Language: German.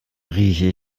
rieche